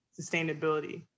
sustainability